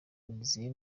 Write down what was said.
nizeye